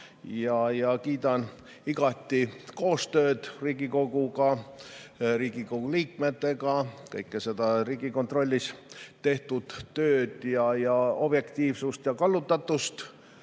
ja kiidan igati koostööd Riigikoguga, Riigikogu liikmetega, kõike seda Riigikontrollis tehtud tööd ja objektiivsust ja kallutatust.